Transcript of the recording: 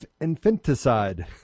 infanticide